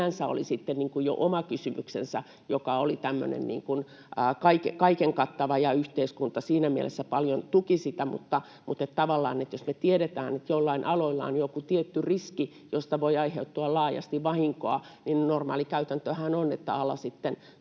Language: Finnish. sinänsä oli sitten jo oma kysymyksensä, joka oli tämmöinen niin kuin kaiken kattava, ja yhteiskunta siinä mielessä paljon tuki sitä, mutta tavallaan jos me tiedetään, että jollain alalla on joku tietty riski, josta voi aiheutua laajasti vahinkoa, niin normaali käytäntöhän on, että